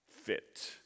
fit